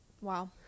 Wow